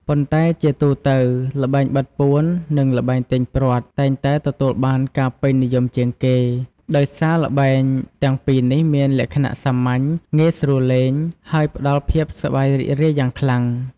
ប៉ុន្តែជាទូទៅ ល្បែងបិទពួន និងល្បែងទាញព្រ័ត្រ តែងតែទទួលបានការពេញនិយមជាងគេ ដោយសារល្បែងទាំងពីរនេះមានលក្ខណៈសាមញ្ញ ងាយស្រួលលេង ហើយផ្ដល់ភាពសប្បាយរីករាយយ៉ាងខ្លាំង។